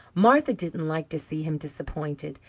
martha didn't like to see him disappointed,